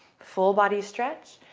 full body stretch.